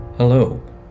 Hello